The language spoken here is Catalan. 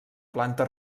planta